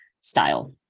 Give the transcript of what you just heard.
style